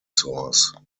source